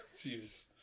Jesus